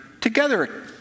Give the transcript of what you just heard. together